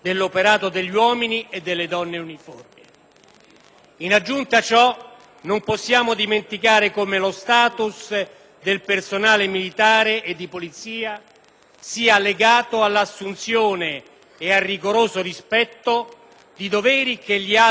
In aggiunta a ciò, non possiamo dimenticare come lo *status* del personale militare e di polizia sia legato all'assunzione e al rigoroso rispetto di doveri che gli altri dipendenti pubblici non hanno.